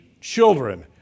children